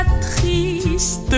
triste